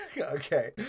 okay